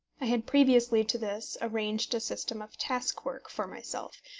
i had previously to this arranged a system of task-work for myself,